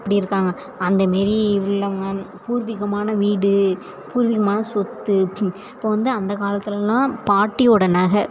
அப்படி இருக்காங்க அந்த மாரி உள்ளவங்கள் பூர்வீகமான வீடு பூர்வீகமான சொத்து இப்போ வந்து காலத்திலல்லாம் பாட்டியோடய நகை